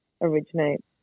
originate